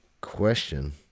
question